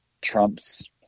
trump's